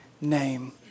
name